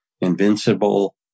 invincible